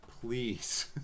Please